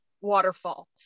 Waterfall